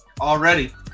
Already